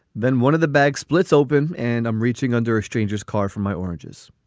then one of the bags splits open and i'm reaching under a stranger's car for my oranges.